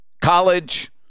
college